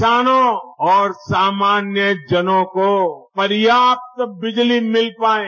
किसानों और सामान्य जनों को पर्याप्त बिजली मिल पाये